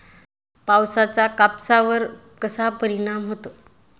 पावसाचा कापसावर कसा परिणाम होतो?